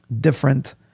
different